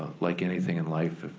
like anything in life,